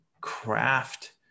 craft